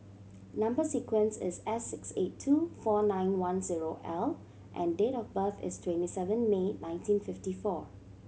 number sequence is S six eight two four nine one zero L and date of birth is twenty seven May nineteen fifty four